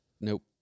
Nope